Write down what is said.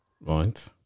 Right